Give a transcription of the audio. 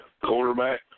quarterback